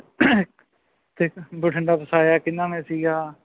ਅਤੇ ਇੱਕ ਬਠਿੰਡਾ ਵਸਾਇਆ ਕਿਹਨਾਂ ਨੇ ਸੀਗਾ